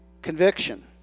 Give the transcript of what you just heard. conviction